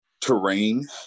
Terrain